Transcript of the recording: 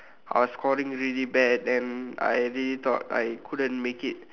I was scoring really bad then I really thought I couldn't make it